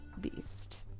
beast